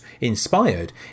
inspired